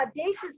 audacious